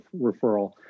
referral